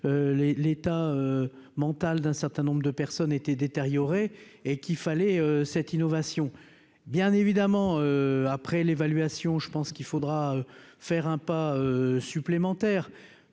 l'état mental d'un certain nombre de personnes étaient et qu'il fallait cette innovation bien évidemment après l'évaluation, je pense qu'il faudra faire un pas supplémentaire,